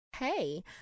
Hey